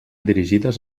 dirigides